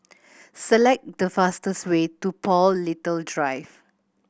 select the fastest way to Paul Little Drive